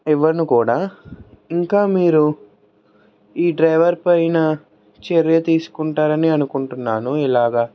ఇవ్వను కూడా ఇంకా మీరు ఈ డ్రైవర్ పైన చర్య తీసుకుంటారని అనుకుంటున్నాను ఇలాగా